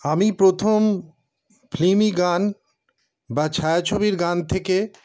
আমি প্রথম ফিল্মি গান বা ছায়াছবির গান থেকে